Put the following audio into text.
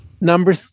Number